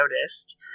noticed